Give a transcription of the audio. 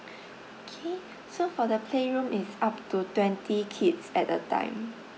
K so for the playroom it's up to twenty kids at a time